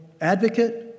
advocate